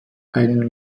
einen